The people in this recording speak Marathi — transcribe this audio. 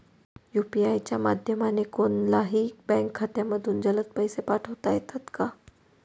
यू.पी.आय च्या माध्यमाने कोणलाही बँक खात्यामधून जलद पैसे पाठवता येतात का?